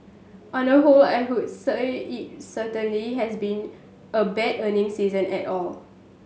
on the whole I would say it certainly has been a bad earning season at all